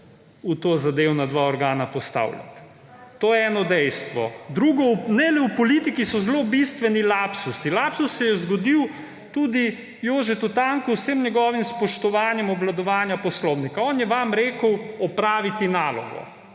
v tozadevno na dva organa postavljati. To je eno dejstvo. Drugo, ne le v politiki so zelo bistveno lapsusi. Lapsus se je zgodil tudi Jožetu Tanku, z vsem njegovim spoštovanjem obvladovanja Poslovnika. On je vam rekel, opraviti nalogo.